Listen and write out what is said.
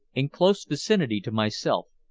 in close vicinity to myself,